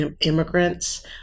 immigrants